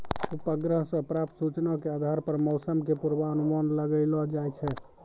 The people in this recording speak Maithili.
उपग्रह सॅ प्राप्त सूचना के आधार पर मौसम के पूर्वानुमान लगैलो जाय छै